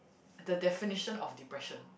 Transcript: the definition of depression